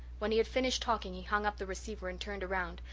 when he had finished talking he hung up the receiver and turned around,